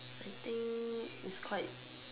I think is quite